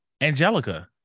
angelica